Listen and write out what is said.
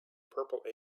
purple